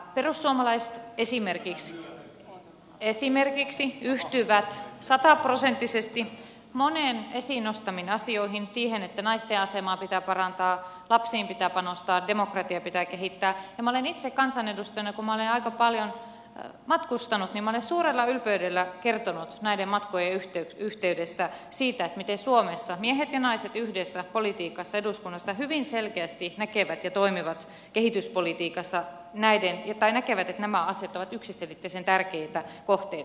perussuomalaiset esimerkiksi yhtyvät sataprosenttisesti moneen esiin nostettuun asiaan siihen että naisten asemaa pitää parantaa lapsiin pitää panostaa demokratiaa pitää kehittää ja minä olen itse kansanedustajana kun minä olen aika paljon matkustanut suurella ylpeydellä kertonut näiden matkojen yhteydessä siitä miten suomessa miehet ja naiset yhdessä politiikassa eduskunnassa hyvin selkeästi toimivat kehityspolitiikassa ja näkevät että nämä asiat ovat yksiselitteisen tärkeitä kohteita